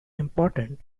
important